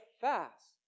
fast